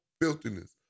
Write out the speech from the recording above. filthiness